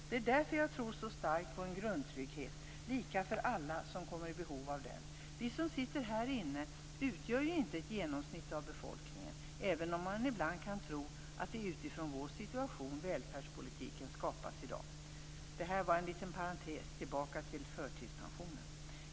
Det är därför jag tror så starkt på en grundtrygghet, lika för alla som kommer i behov av den. Vi som sitter här inne utgör ju inte ett genomsnitt av befolkningen, även om man ibland kan tro att det är utifrån vår situation välfärdspolitiken skapas i dag. Det här vara bara en liten parentes. Jag går nu tillbaka till förtidspensionen.